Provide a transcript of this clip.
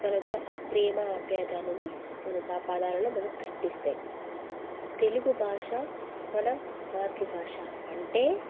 మనకు ఆ ప్రేమ ఆప్యాయత అనేది మనకు ఆ పదాలలో మనకు కనిపిస్తాయి తెలుగు భాష మన మాతృభాష అంటే